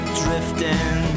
drifting